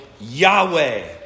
Yahweh